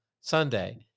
sunday